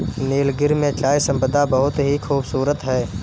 नीलगिरी में चाय संपदा बहुत ही खूबसूरत है